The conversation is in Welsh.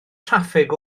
traffig